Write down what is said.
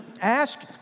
Ask